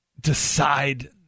decide